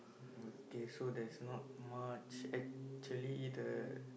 okay so there's not much actually the